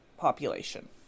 Population